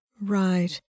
Right